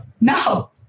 no